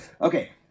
okay